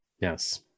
Yes